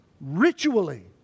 ritually